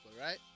right